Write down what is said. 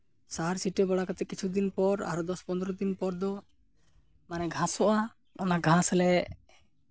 ᱥᱟᱦᱟᱨ ᱪᱷᱤᱴᱟᱹᱣ ᱵᱟᱲᱟ ᱠᱟᱛᱮᱫ ᱠᱤᱪᱷᱩ ᱫᱤᱱ ᱯᱚᱨ ᱟᱨ ᱫᱚᱥ ᱯᱚᱱᱨᱚ ᱫᱤᱱ ᱯᱚᱨ ᱫᱚ ᱢᱟᱱᱮ ᱜᱷᱟᱸᱥᱚᱜᱼᱟ ᱚᱱᱟ ᱜᱷᱟᱥ ᱞᱮ